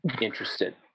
interested